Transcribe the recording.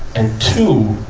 and two,